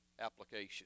application